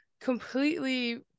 completely